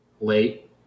Late